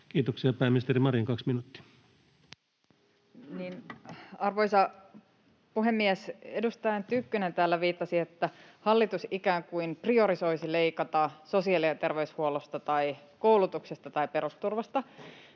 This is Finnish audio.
Kiitoksia. — Pääministeri Marin, 2 minuuttia. Arvoisa puhemies! Edustaja Tynkkynen täällä viittasi siihen, että hallitus ikään kuin priorisoisi sosiaali- ja terveydenhuollosta tai koulutuksesta tai perusturvasta